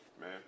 Man